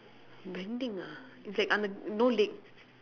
bending ah it's like on una~ leg